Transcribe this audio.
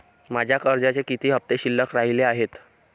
माझ्या कर्जाचे किती हफ्ते शिल्लक राहिले आहेत?